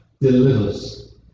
delivers